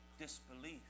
disbelief